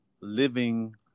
Living